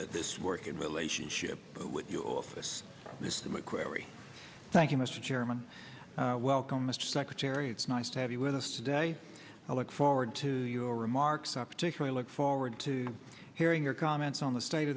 this working relationship but with you office mr mcqueary thank you mr chairman welcome mr secretary it's nice to have you with us today i look forward to your remarks are particularly look forward to hearing your comments on the state